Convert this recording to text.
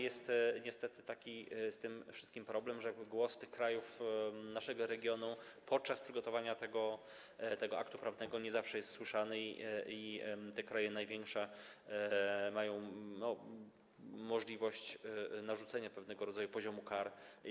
Jest niestety z tym wszystkim taki problem, że głos krajów naszego regionu podczas przygotowania tego aktu prawnego nie zawsze jest słyszany i te kraje największe mają możliwość narzucenia pewnego rodzaju poziomu kar.